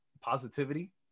positivity